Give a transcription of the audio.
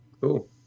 Cool